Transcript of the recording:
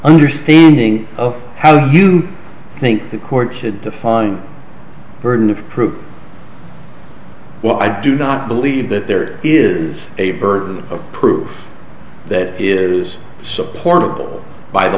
understanding of how do you think the court should define the burden of proof while i do not believe that there is a burden of proof that is supportable by the